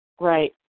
Right